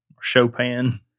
Chopin